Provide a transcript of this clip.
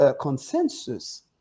consensus